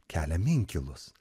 keliam inkilus